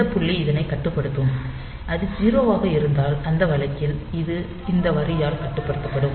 இந்த புள்ளி இதனைக் கட்டுப்படுத்தும் அது 0 ஆக இருந்தால் அந்த வழக்கில் இது இந்த வரியால் கட்டுப்படுத்தப்படும்